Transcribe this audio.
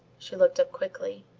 she looked up quickly.